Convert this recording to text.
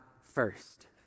first